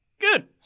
Good